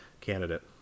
candidate